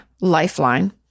lifeline